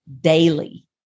daily